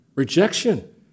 Rejection